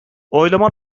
oylama